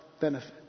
benefit